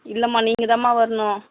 இல்லைம்மா நீங்கள் தான்ம்மா வரணும்